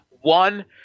one